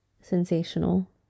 sensational